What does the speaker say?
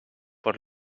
por